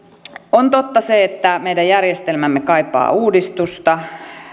on totta se että meidän järjestelmämme kaipaa uudistusta